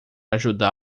ajudá